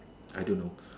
I don't know